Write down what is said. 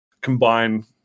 combine